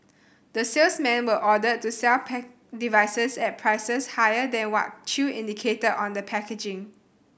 the salesmen were ordered to sell devices at prices higher than what Chew indicated on the packaging